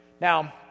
Now